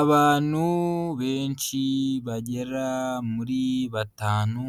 Abantu benshi bagera muri batanu,